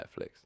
Netflix